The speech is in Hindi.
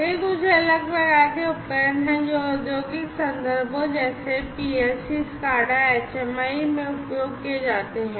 ये कुछ अलग प्रकार के उपकरण हैं जो औद्योगिक संदर्भों जैसे पीएलसी स्काडा एचएमआई में उपयोग किए जाते हैं